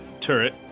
turret